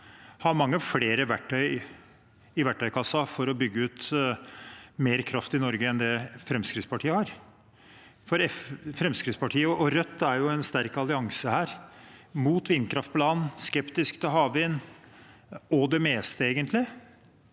har mange flere verktøy i verktøykassen for å bygge ut mer kraft i Norge enn det Fremskrittspartiet har. Fremskrittspartiet og Rødt er en sterk allianse her mot vindkraft på land og er skeptisk til havvind og det meste, egentlig,